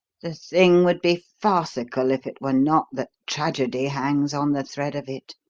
the thing would be farcical if it were not that tragedy hangs on the thread of it,